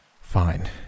Fine